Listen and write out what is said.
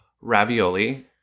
Ravioli